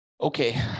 Okay